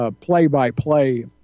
play-by-play